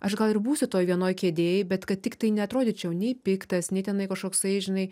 aš gal ir būsiu toj vienoj kėdėj bet kad tiktai neatrodyčiau nei piktas nei tenai kažkoksai žinai